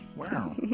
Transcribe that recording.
Wow